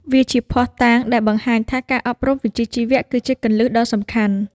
វាជាភស្តុតាងដែលបង្ហាញថាការអប់រំវិជ្ជាជីវៈគឺជាគន្លឹះដ៏សំខាន់។